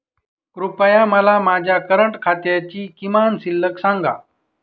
कृपया मला माझ्या करंट खात्याची किमान शिल्लक सांगा